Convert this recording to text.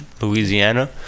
Louisiana